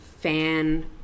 fan